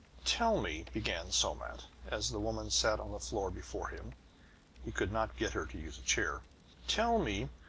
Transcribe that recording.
tell me, began somat, as the woman sat on the floor before him he could not get her to use a chair tell me,